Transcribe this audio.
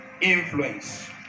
influence